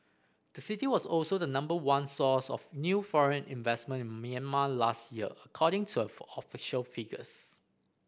the city was also the number one source of new foreign investment in Myanmar last year according to official figures